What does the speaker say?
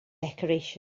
decorations